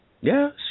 Yes